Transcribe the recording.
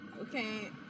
Okay